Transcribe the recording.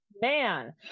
man